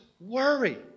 worry